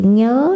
nhớ